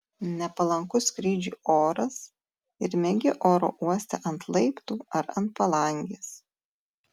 nepalankus skrydžiui oras ir miegi oro uoste ant laiptų ar ant palangės